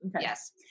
Yes